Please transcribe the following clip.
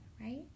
right